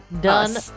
done